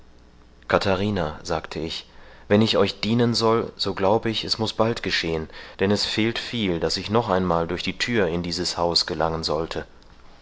katharina sagte ich wenn ich euch dienen soll so glaub ich es muß bald geschehen denn es fehlt viel daß ich noch einmal durch die thür in dieses haus gelangen sollte